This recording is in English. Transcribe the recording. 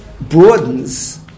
broadens